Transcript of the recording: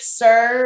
sir